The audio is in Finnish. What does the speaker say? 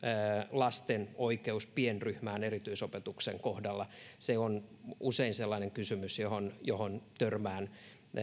lasten oikeus pienryhmään erityisopetuksen kohdalla se on usein sellainen kysymys johon johon törmään